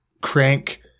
Crank